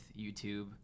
YouTube